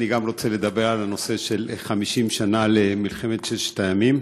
גם אני רוצה לדבר על הנושא של 50 שנה למלחמת ששת הימים.